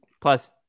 plus